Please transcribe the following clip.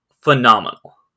phenomenal